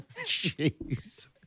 Jeez